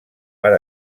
per